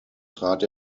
trat